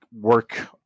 work